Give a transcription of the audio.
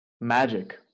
magic